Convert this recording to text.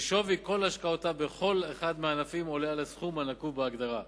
ששווי כל השקעותיו בכל אחד מהענפים עולה על הסכום הנקוב בהגדרה.